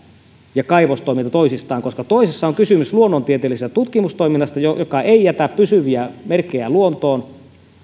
ja kaivostoiminta toisistaan koska toisessa on kysymys luonnontieteellisestä tutkimustoiminnasta joka ei jätä pysyviä merkkejä luontoon